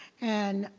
and